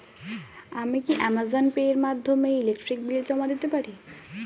আমি কি Amazon Pay এর মাধ্যমে ইলেকট্রিক বিল জমা দিতে পারি?